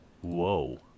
whoa